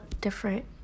different